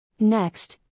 Next